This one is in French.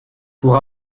pour